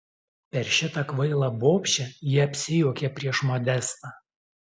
per šitą kvailą bobšę ji apsijuokė prieš modestą